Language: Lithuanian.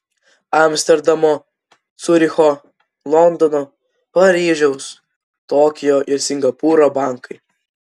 amsterdamo ciuricho londono paryžiaus tokijo ir singapūro bankai